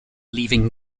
leaving